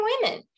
women